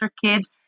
kids